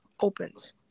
opens